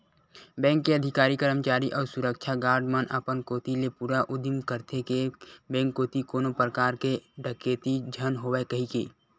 bank के अधिकारी, करमचारी अउ सुरक्छा गार्ड मन अपन कोती ले पूरा उदिम करथे के बेंक कोती कोनो परकार के डकेती झन होवय कहिके